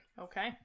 Okay